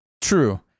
True